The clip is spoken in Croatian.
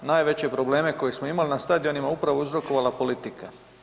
Najveće probleme koje smo imali na stadionima je upravo uzrokovala politika.